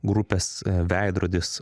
grupės veidrodis